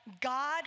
God